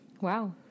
Wow